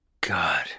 God